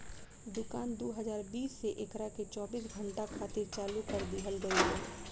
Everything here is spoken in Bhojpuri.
दुकान दू हज़ार बीस से एकरा के चौबीस घंटा खातिर चालू कर दीहल गईल रहे